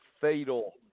fatal